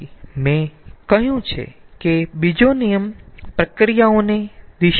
ફરીથી મેં કહ્યું છે કે બીજો નિયમ પ્રક્રિયાઓને દિશા આપે છે